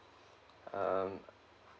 um